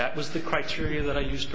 that was the criteria that i use